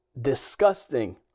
disgusting